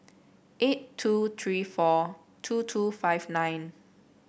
eight two three four two two five nine